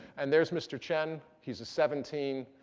and there's mr. chen. he's a seventeen.